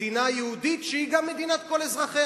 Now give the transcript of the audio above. מדינה יהודית שהיא גם מדינת כל אזרחיה,